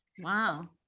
Wow